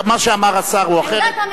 מה שאמר השר הוא אחרת.